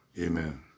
Amen